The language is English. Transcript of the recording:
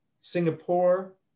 Singapore